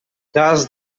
does